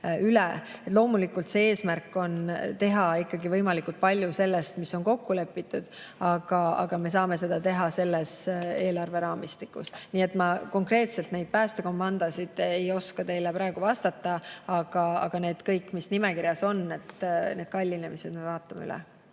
üle. Loomulikult, eesmärk on teha ikkagi võimalikult palju sellest, mis on kokku lepitud, aga me saame seda teha selles eelarveraamistikus. Ma konkreetselt nende päästekomandode kohta ei oska teile praegu vastata, aga kõik, mis nimekirjas on, nende kallinemised me vaatame üle.